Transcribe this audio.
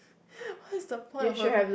what is the point of a